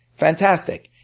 fantastic.